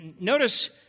notice